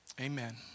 amen